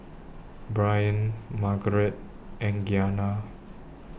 Brian Margeret and Gianna